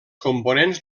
components